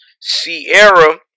Sierra